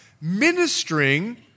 ministering